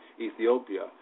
Ethiopia